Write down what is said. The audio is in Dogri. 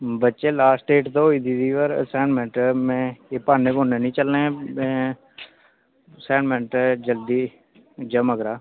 बच्चे लास्ट डेट ते होई दी पर असाइनमेंट में एह् ब्हान्नें ब्हुन्नें निं चलने में असाइनमेंट जल्दी जमा करा